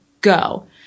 go